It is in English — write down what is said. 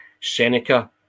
Seneca